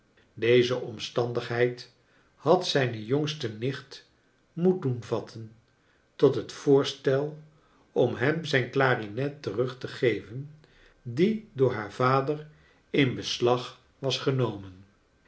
deze omstandigheid had zne jongste nicht moed doen vatten tot het voorstel om hem zijn clarinet terug te geven die door haar vader in beslag was genomen